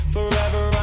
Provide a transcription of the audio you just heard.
Forever